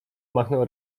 machnął